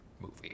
movie